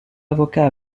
avocat